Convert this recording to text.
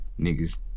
niggas